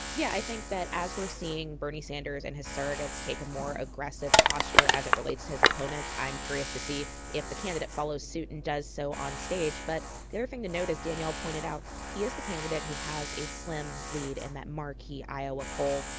yeah. i think that as we're seeing bernie sanders and his surrogates take a more aggressive posture as it relates to his opponents, i'm curious to see if the candidate follows suit and does so onstage. but the other thing to note, as danielle pointed out he is the candidate who has a slim lead in that marquee iowa poll.